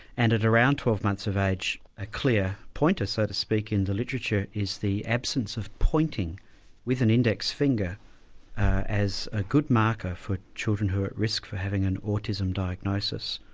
and at around twelve months of age a clear pointer, so to speak, in the literature is the absence of pointing with an index finger as a good marker for children who are at risk for having an autism diagnosis.